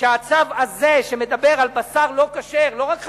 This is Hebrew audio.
שהצו הזה, שמדבר על בשר לא כשר, לא רק חזיר,